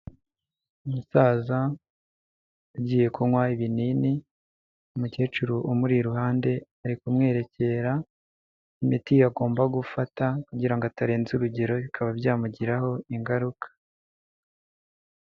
Umusaza ugiye kunywa ibinini, umukecuru umuri iruhande ari kumwerekera imiti agomba gufata kugira ngo atarenza urugero bikaba byamugiraho ingaruka.